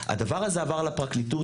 הדבר הזה עבר לפרקליטות,